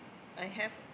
I have